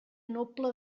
noble